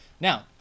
Now